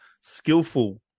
skillful